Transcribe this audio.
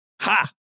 Ha